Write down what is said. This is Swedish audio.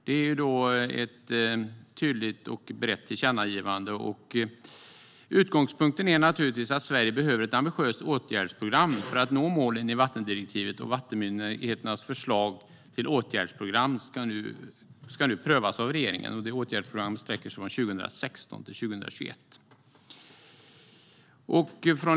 Det är ett tydligt och brett tillkännagivande. Utgångspunkten är givetvis att Sverige behöver ett ambitiöst åtgärdsprogram för att nå målen i vattendirektivet. Vattenmyndigheternas förslag till åtgärdsprogram ska nu prövas av regeringen, och detta åtgärdsprogram sträcker sig från 2016 till 2021.